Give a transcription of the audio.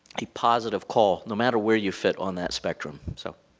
a positive call, no matter where you fit on that spectrum. so